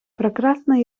прекрасна